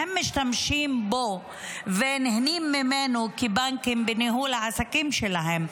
שהם משתמשים בו ונהנים ממנו כבנקים בניהול העסקים שלהם.